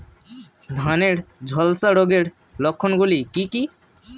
ধানের ঝলসা রোগের লক্ষণগুলি কি কি?